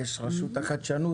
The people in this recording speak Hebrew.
רשות החדשנות